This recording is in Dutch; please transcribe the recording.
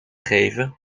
geven